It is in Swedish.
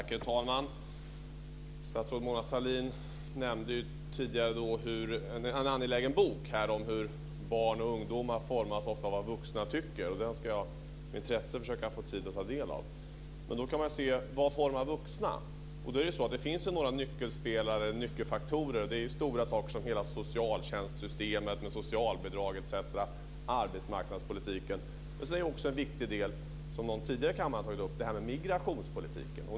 Herr talman! Statsrådet Mona Sahlin nämnde tidigare en angelägen bok om hur barn och ungdomar ofta formas av vad vuxna tycker. Den ska jag försöka få tid att ta del av och läsa med intresse. Man kan också se på vad som formar vuxna. Det finns några nyckelfaktorer. Det är stora saker som hela socialtjänstsystemet med socialbidrag, etc., och arbetsmarknadspolitiken. En viktig del, som någon har tagit upp tidigare i kammaren, är migrationspolitiken.